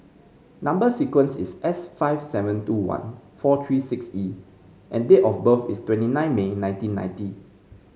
number sequence is S five seven two one four three six E and date of birth is twenty nine May nineteen ninety